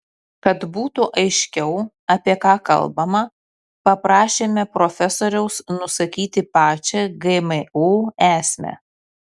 kad būtų aiškiau apie ką kalbama paprašėme profesoriaus nusakyti pačią gmo esmę